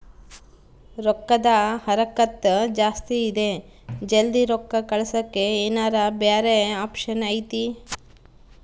ರೊಕ್ಕದ ಹರಕತ್ತ ಜಾಸ್ತಿ ಇದೆ ಜಲ್ದಿ ರೊಕ್ಕ ಕಳಸಕ್ಕೆ ಏನಾರ ಬ್ಯಾರೆ ಆಪ್ಷನ್ ಐತಿ?